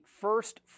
first